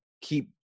keep –